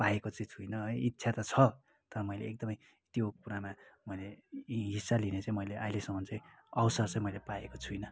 पाएको चाहिँ छुइनँ है इच्छा त छ तर मैले एकदमै त्यो कुरामा मैले यी हिस्सा लिने मैले अहिलेसम्म चाहिँ अवसर चाहिँ मैले पाएको छुइनँ